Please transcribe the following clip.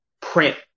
print